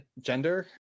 gender